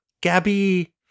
Gabby